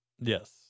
Yes